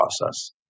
process